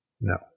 No